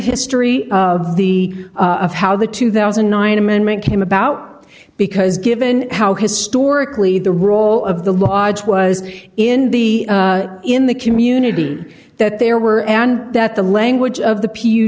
history of the of how the two thousand and nine amendment came about because given how historically the role of the lodge was in the in the community that there were and that the language of the p u